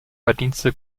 verdienste